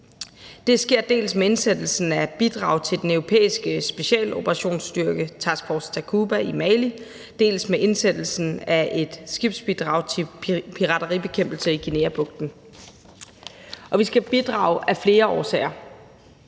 Det sker dels med indsættelsen af et bidrag til den europæiske specialoperationsstyrke, Task Force Takuba, i Mali, dels med indsættelsen af et skibsbidrag til pirateribekæmpelse i Guineabugten. Vi skal bidrage af flere årsager.